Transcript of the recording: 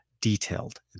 detailed